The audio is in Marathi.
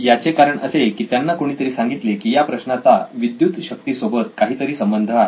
याचे कारण असे की त्यांना कोणीतरी सांगितले की या प्रश्नाचा विद्युत शक्ती सोबत काहीतरी संबंध आहे